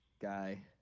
guy